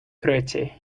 pretty